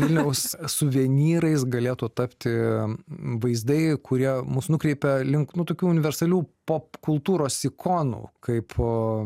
vilniaus suvenyrais galėtų tapti vaizdai kurie mus nukreipia link nu tokių universalių popkultūros ikonų kaip